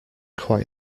quite